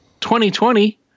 2020